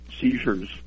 seizures